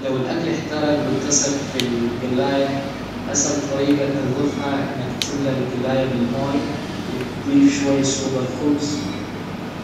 لو الأكل إحترج و إلتصج فى الجلاية أسهل طريجة تنظفها إنك تملا الجلاية بالماى وتضيف شوية صودا الخبز